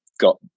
got